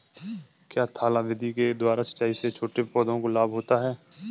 क्या थाला विधि के द्वारा सिंचाई से छोटे पौधों को लाभ होता है?